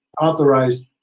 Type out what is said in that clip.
authorized